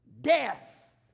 Death